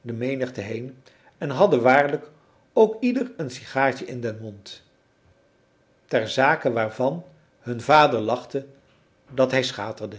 de menigte heen en hadden waarlijk ook ieder een sigaartje in den mond ter zake waarvan hun vader lachte dat hij schaterde